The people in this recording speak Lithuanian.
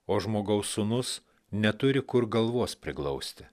o žmogaus sūnus neturi kur galvos priglausti